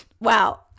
Wow